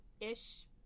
ish